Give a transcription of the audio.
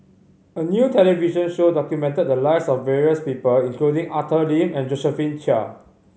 a new television show documented the lives of various people including Arthur Lim and Josephine Chia